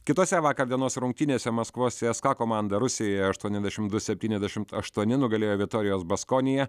kitose vakar dienos rungtynėse maskvos cska komanda rusijoje aštuoniasdešim du septyniasdešimt aštuoni nugalėjo vitorijos baskoniją